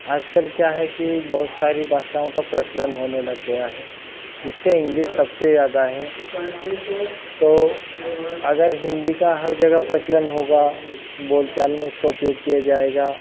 आजकल क्या है कि बहुत सारी भाषाओं का प्रचलन होने लग गया है जिससे इंग्लिश सबसे ज़्यादा है तो अगर हिन्दी का हर जगह प्रचलन होगा बोल चाल में उसका उपयोग किया जाएगा